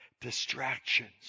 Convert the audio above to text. distractions